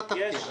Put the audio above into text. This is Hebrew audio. מה תפקיע?